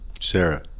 Sarah